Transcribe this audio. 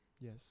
Yes